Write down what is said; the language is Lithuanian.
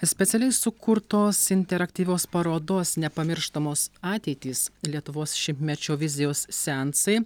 specialiai sukurtos interaktyvios parodos nepamirštamos ateitys lietuvos šimtmečio vizijos seansai